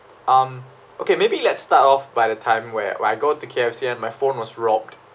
um okay maybe let's start off by the time where I go to K_F_C and my phone was robbed